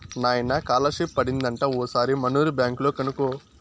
నాయనా కాలర్షిప్ పడింది అంట ఓసారి మనూరి బ్యాంక్ లో కనుకో